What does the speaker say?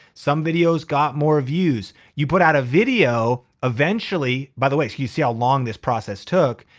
some videos got more views. you put out a video eventually, by the way, so you see how long this process took,